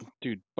dude